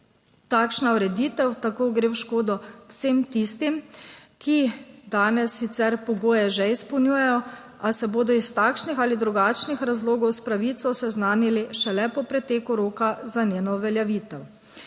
Takšna ureditev tako gre v škodo vsem tistim, ki danes sicer pogoje že izpolnjujejo, a se bodo iz takšnih ali drugačnih razlogov s pravico seznanili šele po preteku roka za njeno uveljavitev.